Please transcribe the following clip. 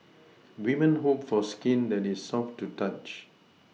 women hope for skin that is soft to the touch